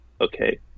okay